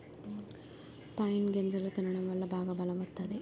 pine గింజలు తినడం వల్ల బాగా బలం వత్తాది